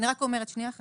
אני רק אומרת, שנייה אחת.